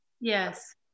Yes